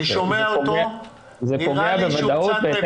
אני שומע אותו ונראה לי שהוא קצת מבין.